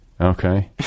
Okay